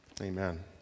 Amen